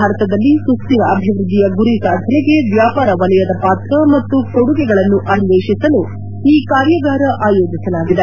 ಭಾರತದಲ್ಲಿ ಸುಖ್ಯರ ಅಭಿವ್ಯದ್ದಿಯ ಗುರಿ ಸಾಧನೆಗೆ ವ್ವಾಪಾರ ವಲಯದ ಪಾತ್ರ ಮತ್ತು ಕೊಡುಗೆಗಳನ್ನು ಅನ್ವೇಷಿಸಲು ಈ ಕಾರ್ಯಾಗಾರ ಆಯೋಜಿಸಲಾಗಿದೆ